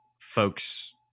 folks